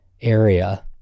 area